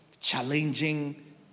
challenging